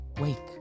wake